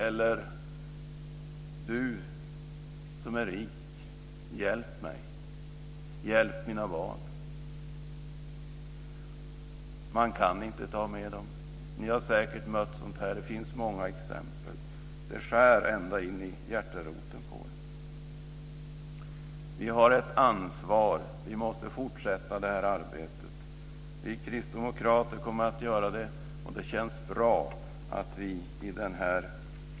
Eller: Du som är rik, hjälp mig och mina barn! Man kan inte ta med dem. Det finns många liknande exempel. Det skär ända in i hjärteroten på en.